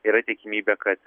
yra tikimybė kad